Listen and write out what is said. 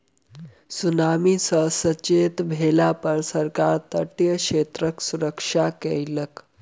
tsunami सॅ सचेत भेला पर सरकार तटीय क्षेत्रक सुरक्षा कयलक